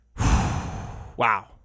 wow